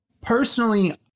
personally